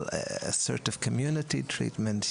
על Assertive Community Treatment,